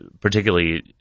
particularly